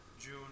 June